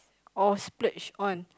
or splurge on